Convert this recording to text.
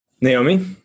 Naomi